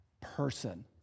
person